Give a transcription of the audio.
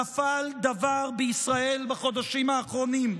נפל דבר בישראל בחודשים האחרונים,